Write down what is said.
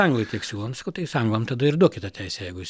anglai tiek siūlo nu sakau tai jūs anglam tada ir duokit tą teisę jeigu jūs